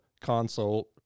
consult